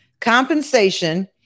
Compensation